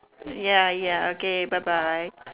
ya ya okay bye bye